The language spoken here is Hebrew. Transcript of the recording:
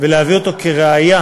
ולהביא אותו כראיה